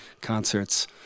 concerts